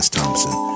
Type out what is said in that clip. Thompson